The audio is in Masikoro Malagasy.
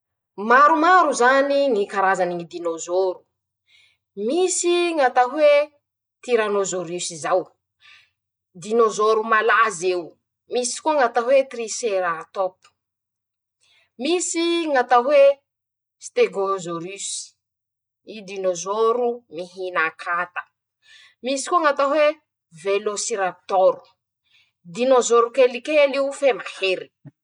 Maromaro zany ñy karazany dinôzôro: -Misy ñ'atao hoe:" tiranôzôrus" zao dinôzôro malaz'eo. -Misy koa ñ'atao hoe:"tiriseratôke". -Misy ñ'atao hoe:" stegôzôrisy", idinezôro mihina akata. -Misy koa ñ'atao hoe :"velosiratôro "dinôzôro kelikel'io fe mahery.